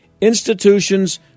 institutions